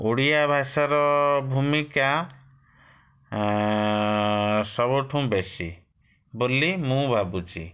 ଓଡ଼ିଆ ଭାଷାର ଭୂମିକା ସବୁଠୁ ବେଶୀ ବୋଲି ମୁଁ ଭାବୁଛି